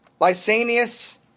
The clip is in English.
Lysanias